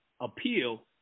appeal